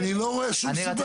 אתה יודע מה?